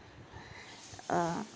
ah